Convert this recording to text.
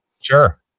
Sure